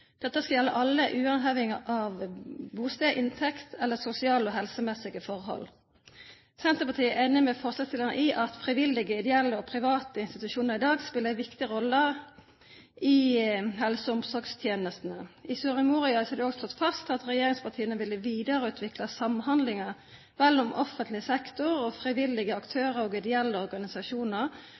Dette skal gjelde alle, uavhengig av bosted, inntekt eller sosiale og helsemessige forhold. Senterpartiet er enig med forslagsstillerne i at frivillige ideelle og private institusjoner i dag spiller en viktig rolle i helse- og omsorgstjenestene. I Soria Moria er det slått fast at regjeringspartiene vil videreutvikle samhandlingen mellom offentlig sektor og frivillige aktører og ideelle organisasjoner,